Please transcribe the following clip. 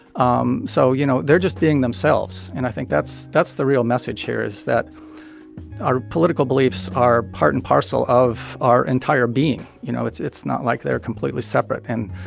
um so you know, they're just being themselves. and i think that's that's the real message here, is that our political beliefs are part and parcel of our entire being. you know, it's it's not like they're completely separate. and